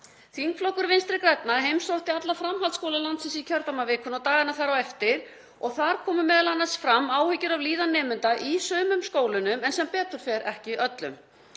Þingflokkur Vinstri grænna heimsótti alla framhaldsskóla landsins í kjördæmavikunni og dagana þar á eftir og þar komu m.a. fram áhyggjur af líðan nemenda í sumum skólunum, en sem betur fer ekki öllum.